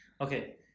okay